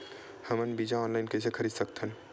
हमन बीजा ऑनलाइन कइसे खरीद सकथन?